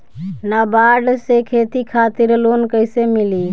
नाबार्ड से खेती खातिर लोन कइसे मिली?